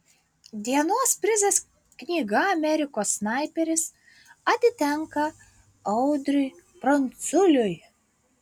dienos prizas knyga amerikos snaiperis atitenka audriui pranculiui